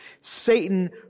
Satan